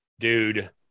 dude